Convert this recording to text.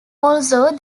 also